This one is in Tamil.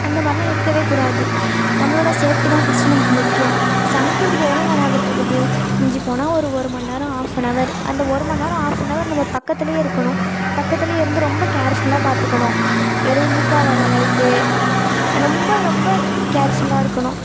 அந்த மாதிரில்லாம் இருக்கவே கூடாது நம்மளோடய சேஃப்ட்டி தான் ஃபஸ்ட் நமக்கு முக்கியம் சமைக்கிறதுக்கு எவ்வளோ நேரம் ஆகப்போகுது மிஞ்சிப்போனால் ஒரு ஒரு மணி நேரம் ஆஃப்பனவர் அந்த ஒருமணி நேரம் ஆஃப்பனவர் நம்ம பக்கத்துலேயே இருக்கணும் பக்கத்துலேயே இருந்து ரொம்ப கேர்ஃபுல்லாக பார்த்துக்கணும் எதுவும் லீக் ஆகாத அளவுக்கு ரொம்ப ரொம்ப கேர்ஃபுல்லாக இருக்கணும்